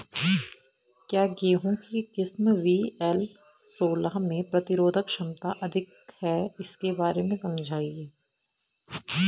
क्या गेहूँ की किस्म वी.एल सोलह में प्रतिरोधक क्षमता अधिक है इसके बारे में समझाइये?